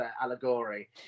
allegory